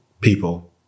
people